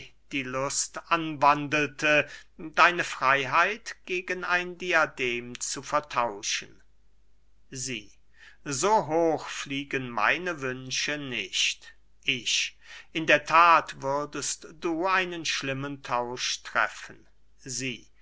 die lust anwandelte deine freyheit gegen ein diadem zu vertauschen sie so hoch fliegen meine wünsche nicht ich in der that würdest du einen schlimmen tausch treffen sie